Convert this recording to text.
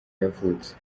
yavutse